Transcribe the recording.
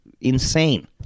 insane